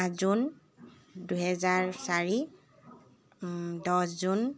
পাঁচ জুন দুহেজাৰ চাৰি দহ জুন